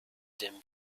dem